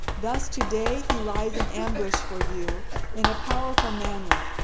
thus today he lies in ambush for you in a powerful manner,